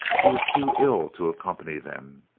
he was too ill to accompany them.